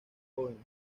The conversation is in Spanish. jóvenes